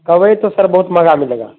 کوئی تو سر بہت مہنگا ملے گا